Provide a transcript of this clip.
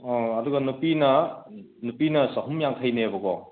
ꯑꯣ ꯑꯗꯨꯒ ꯅꯨꯄꯤꯅ ꯅꯨꯄꯤꯅ ꯆꯥꯍꯨꯝ ꯌꯥꯡꯈꯩꯅꯦꯕꯀꯣ